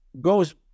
goes